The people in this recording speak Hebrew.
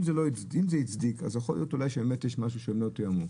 אם זה הצדיק אז יכול להיות אולי שיש משהו שהם לא תיאמו.